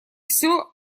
все